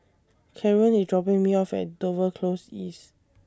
Kaaren IS dropping Me off At Dover Close East